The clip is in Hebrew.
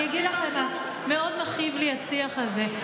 אני אגיד לכם מה, מאוד מכאיב לי השיח הזה.